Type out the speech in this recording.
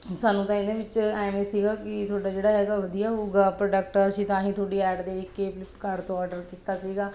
ਸਾਨੂੰ ਤਾਂ ਇਹਦੇ ਵਿੱਚ ਐਵੇਂ ਸੀਗਾ ਕਿ ਤੁਹਾਡਾ ਜਿਹੜਾ ਹੈਗਾ ਵਧੀਆ ਹੋਊਗਾ ਪ੍ਰੋਡਕਟ ਅਸੀਂ ਤਾਂ ਹੀ ਤੁਹਾਡੀ ਐਡ ਦੇਖ ਕੇ ਫਲਿੱਪਕਾਰਟ ਤੋਂ ਔਡਰ ਕੀਤਾ ਸੀਗਾ